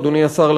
אדוני השר,